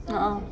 a'ah